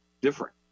different